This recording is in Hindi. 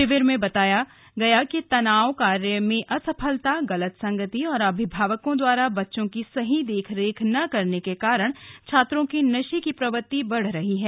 शिविर में बताया कि तनाव कार्य में असफलता गलत संगति और अभिभावकों द्वारा बच्चों की सही देखरेख न करने के कारण छात्रों के नशे की प्रवृत्ति बढ़ रही है